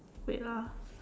wait ah